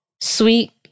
sweet